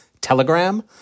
Telegram